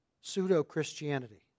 pseudo-Christianity